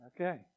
Okay